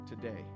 today